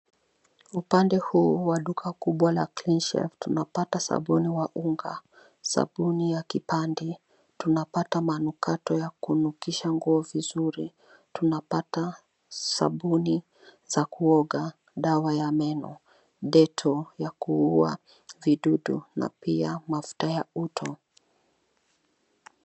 Upande huu wa duka kuu la Cleanshelf tunapata sabuni wa unga, sabuni ya kipande, tunapata manukato ya kunukisha nguo vizuri, tunapata sabuni za kuoga, dawa za meno, Detol ya kuua vidudu na pia mafuta ya uto.